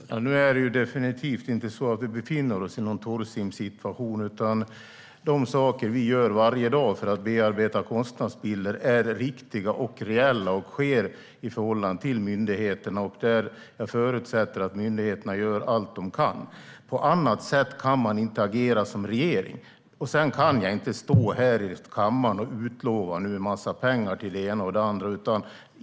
Fru talman! Nu är det definitivt inte så att vi befinner oss i någon torrsimssituation. De saker vi gör varje dag för att bearbeta kostnadsbilder är riktiga och reella och sker i förhållande till myndigheterna. Jag förutsätter att myndigheterna gör allt de kan. På annat sätt kan man inte agera som regering. Jag kan inte stå här i kammaren och utlova en massa pengar till det ena och det andra.